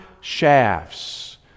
shafts